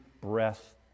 breath